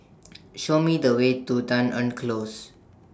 Show Me The Way to Dunearn Close